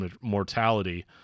mortality